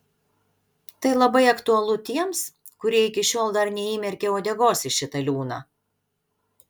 tai labai aktualu tiems kurie iki šiol dar neįmerkė uodegos į šitą liūną